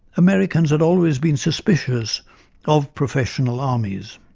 americans had always been suspicious of professional armies.